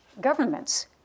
governments